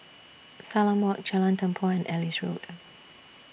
Salam Walk Jalan Tempua and Ellis Road